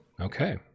Okay